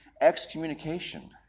excommunication